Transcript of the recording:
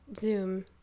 Zoom